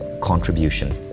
contribution